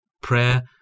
Prayer